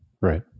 Right